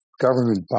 government